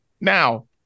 Now